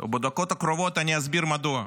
ובדקות הקרובות אני אסביר מדוע.